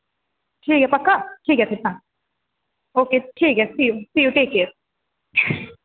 ठीक ऐ पक्का ठीक ऐ तां ओके ठीक ऐ फिर टेक केयर